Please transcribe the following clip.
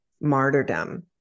martyrdom